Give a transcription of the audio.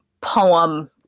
poem